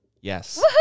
Yes